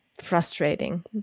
frustrating